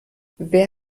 wer